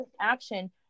action